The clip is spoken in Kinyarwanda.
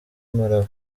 malawi